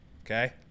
okay